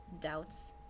doubts